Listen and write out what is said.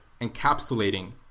encapsulating